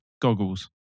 goggles